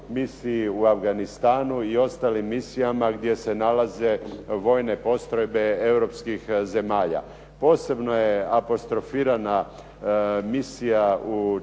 misiji u Afganistanu i ostalim misijama gdje se nalaze vojne postrojbe europskih zemalja. Posebno je apostrofirana misija u